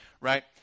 right